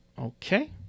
Okay